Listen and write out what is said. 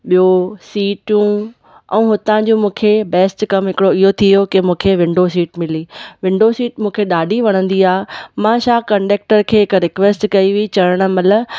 ॿियो सीटूं ऐं हुतां जो मूंखे बैस्ट कमु हिकिड़ो इहो थी वियो की मूंखे विंडो सीट मिली विंडो सीट मूंखे ॾाढी वणंदी आहे मां छा कंडक्टर खे हिकु रिकवेस्ट कई हुई चढ़णु महिल